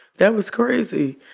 that was crazy.